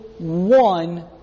One